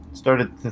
started